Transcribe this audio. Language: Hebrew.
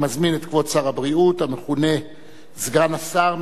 אני מזמין את כבוד שר הבריאות המכונה סגן השר,